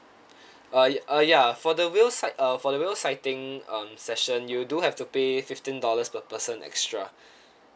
uh uh ya for the whale sight uh for the whale sighting um session you do have to pay fifteen dollars per person extra